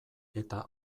eta